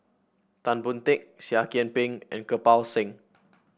Tan Boon Teik Seah Kian Peng and Kirpal Singh